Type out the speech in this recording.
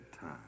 time